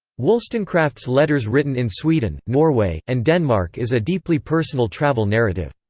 wollstonecraft's letters written in sweden, norway, and denmark is a deeply personal travel narrative.